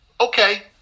okay